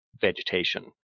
vegetation